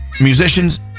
musicians